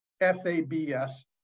F-A-B-S